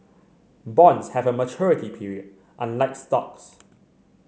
bonds have a maturity period unlike stocks